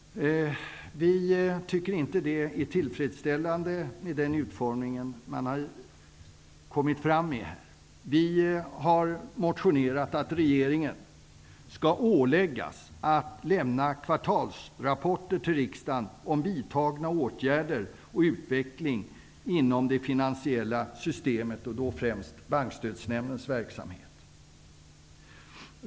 Vi tycker inte att den utformning man har kommit fram till är tillfredsställande. Vi har motionerat om att regeringen skall åläggas att lämna kvartalsrapporter till riksdagen om vidtagna åtgärder och om utvecklingen inom det finansiella systemet, främst Bankstödsnämndens verksamhet.